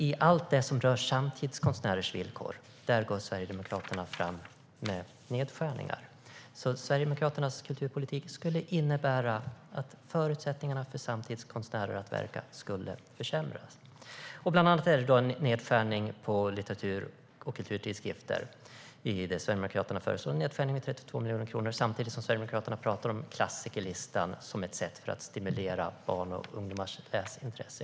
I allt det som rör samtidskonstnärers villkor går dock Sverigedemokraterna fram med nedskärningar. Sverigedemokraternas kulturpolitik skulle alltså innebära att förutsättningarna för samtidskonstnärer att verka skulle försämras. Det gäller bland annat en nedskärning på litteratur och kulturtidskrifter. Sverigedemokraterna föreslår där en nedskärning med 32 miljoner kronor samtidigt som de talar om klassikerlistan som ett sätt att stimulera barns och ungdomars läsintresse.